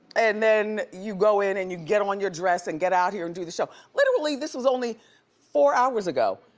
and then you go in and you get on your dress and get out here and do the show. literally, this was only four hours ago.